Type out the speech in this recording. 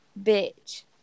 bitch